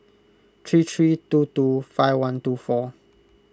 three three two two five one two four